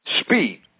speed